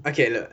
okay lah